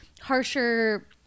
harsher